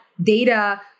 Data